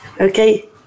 Okay